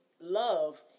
love